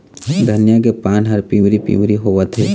धनिया के पान हर पिवरी पीवरी होवथे?